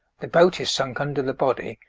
the boat is sunk under the body,